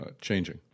changing